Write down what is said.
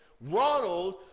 Ronald